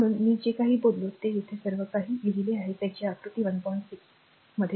म्हणून मी जे काही बोललो ते येथे सर्व काही लिहिले आहे त्याची आकृती 1